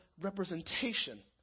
representation